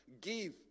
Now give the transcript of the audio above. give